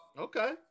Okay